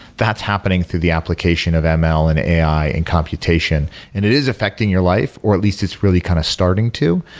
that's happening through the application of ml and ai and computation and it is affecting your life, or at least it's really kind of starting to.